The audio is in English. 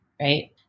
Right